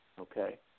okay